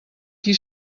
qui